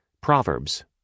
Proverbs